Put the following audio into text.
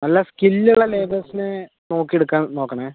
നല്ല സ്കില്ലുള്ള ലേബേഴ്സിനെ നോക്കിയെടുക്കാൻ നോക്കണേ